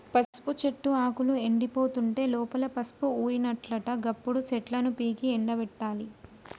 పసుపు చెట్టు ఆకులు ఎండిపోతుంటే లోపల పసుపు ఊరినట్లట గప్పుడు చెట్లను పీకి ఎండపెట్టాలి